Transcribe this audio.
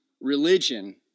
religion